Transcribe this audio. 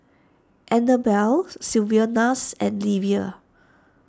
Anabel Sylvanus and Livia